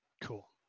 Cool